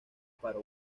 para